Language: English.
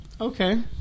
Okay